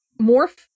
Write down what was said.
morph